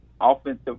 offensive